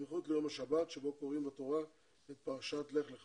בסמיכות ליום השבת שבו קוראים בתורה את פרשת לך לך